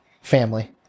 family